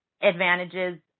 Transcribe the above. advantages